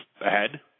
ahead